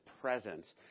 presence